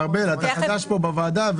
ארבל, אתה חדש פה בוועדה.